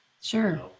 Sure